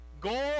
goal